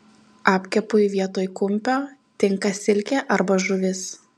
apkepui vietoj kumpio tinka silkė arba žuvis